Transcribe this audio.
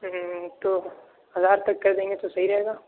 ہوں تو ہزار تک کر دیں گے تو صحیح رہے گا